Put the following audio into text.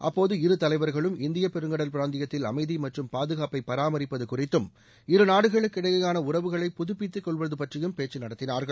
அப்போது இரு தலைவர்களும் இந்திய பெருங்கடல் பிராந்தியத்தில் அமைதி மற்றும் பாதுகாப்பை பராமரிப்பது குறித்தும் இரு நாடுகளுக்கு இடையேயான உறவுகளை புதுப்பித்துக்கொள்வது பற்றியும் பேச்சு நடத்தினார்கள்